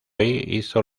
hizo